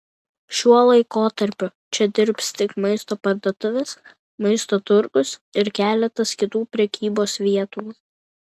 šiuo laikotarpiu čia dirbs tik maisto parduotuvės maisto turgus ir keletas kitų prekybos vietų